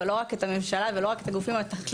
ולא רק את הממשלה ולא רק את הגופים המתכללים,